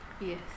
Yes